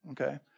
Okay